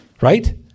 Right